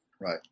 Right